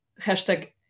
Hashtag